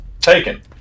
taken